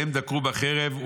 ומהם דקרו בחרב,